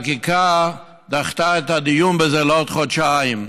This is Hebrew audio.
לחקיקה דחתה את הדיון בזה לעוד חודשיים.